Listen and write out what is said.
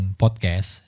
podcast